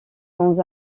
dans